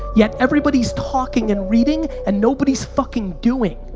yet everybody's talking and reading, and nobody's fucking doing.